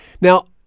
Now